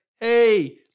hey